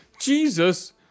Jesus